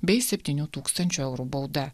bei septynių tūkstančių eurų bauda